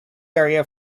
area